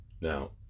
Now